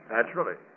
Naturally